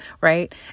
right